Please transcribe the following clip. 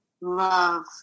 love